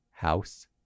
house